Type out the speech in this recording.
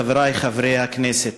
חברי חברי הכנסת,